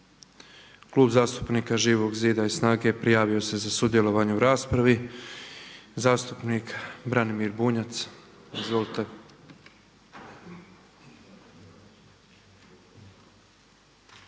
Klub zastupnika Živog zida i SNAGA-e prijavio se za sudjelovanje u raspravi. Zastupnik Branimir Bunjac, izvolite.